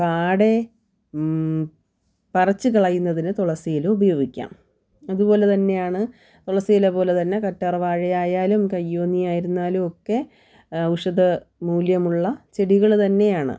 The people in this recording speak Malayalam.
പാടെ പറിച്ച് കളയുന്നതിന് തുളസിയില ഉപയോഗിക്കാം അത് പോലെ തന്നെയാണ് തുളസിയില പോലെ തന്നെ കാറ്റാർ വാഴയായാലും കയ്യോന്നി ആയിരുന്നാലും ഒക്കെ ഔഷധമൂല്യമുള്ള ചെടികൾ തന്നെയാണ്